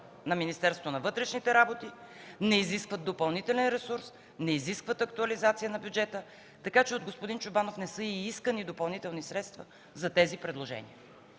на Министерството на вътрешните работи, не изискват допълнителен ресурс, не изискват актуализация на бюджета, така че от господин Чобанов не са и искани допълнителни средства за тези предложения.